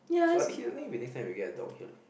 so I think I think we next time we get a dog